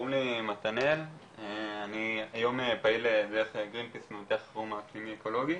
שמי מתנאל ואני היום פעיל דרך גרינפיס במטה החירום האקלימי האקולוגי.